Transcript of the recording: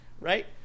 right